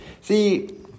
See